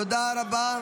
תודה רבה.